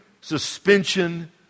suspension